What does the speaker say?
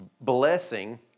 blessing